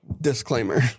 disclaimer